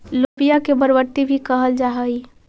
लोबिया के बरबट्टी भी कहल जा हई